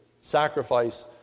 sacrifice